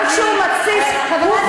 גם כשהוא מתסיס, הוא חד.